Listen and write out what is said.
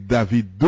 David